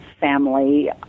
family